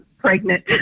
pregnant